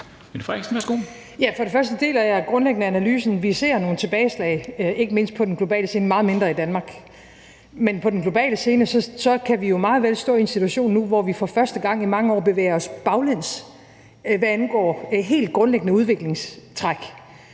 sige, at jeg grundlæggende deler analysen. Vi ser nogle tilbageslag, ikke mindst på den globale scene, meget mindre i Danmark. Men på den globale scene kan vi jo meget vel stå i en situation nu, hvor vi for første gang i mange år bevæger os baglæns, hvad angår helt grundlæggende udviklingstræk,